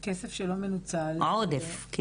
עודף.